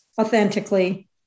authentically